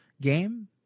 game